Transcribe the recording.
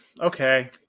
okay